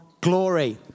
glory